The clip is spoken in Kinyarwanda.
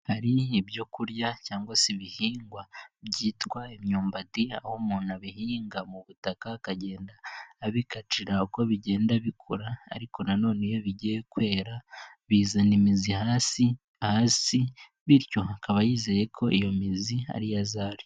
Hari ibyo kurya cyangwa se ibihingwa byitwa imyumbati aho umuntu abihinga mu butaka akagenda abikatira uko bigenda bikura ariko nanone iyo bigiye kwera bizana imizi hasi hasi bityo akaba yizeye ko iyo mizi ariyo azarya.